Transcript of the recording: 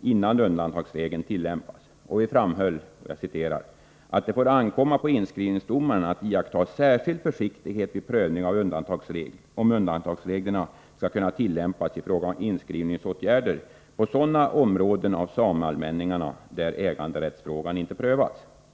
innan undantagsregeln tillämpas. Vidare framhöll vi ”att det får ankomma på inskrivningsdomaren att iaktta särskild försiktighet vid prövning av om undantagsreglerna skall kunna tillämpas i fråga om inskrivningsåtgärder på sådana områden av sameallmänningarna där äganderättsfrågan inte prövats”.